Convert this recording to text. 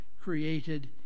created